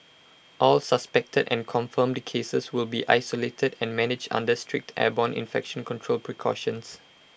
all suspected and confirmed cases will be isolated and managed under strict airborne infection control precautions